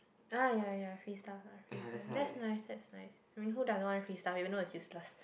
uh ya ya free stuff free stuff that's nice that's nice who doesn't want free stuff even though it's useless